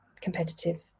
competitive